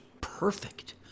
perfect